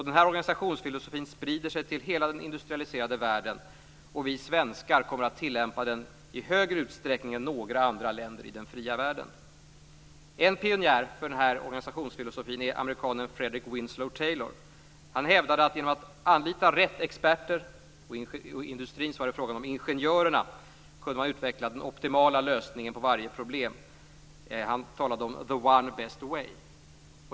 Denna organisationsfilosofi spred sig till hela den industrialiserade världen, och vi svenskar kom att tillämpa den i högre utsträckning än några andra länder i den fria världen. En pionjär för denna organisationsfilosofi är amerikanen Frederick Winslow Taylor. Han hävdade att genom att anlita rätt experter - i industrin var det ingenjörerna - kunde man utveckla den optimala lösningen på varje problem. Han talade om the one best way.